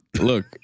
Look